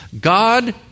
God